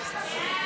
ההצעה